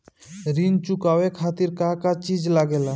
ऋण चुकावे के खातिर का का चिज लागेला?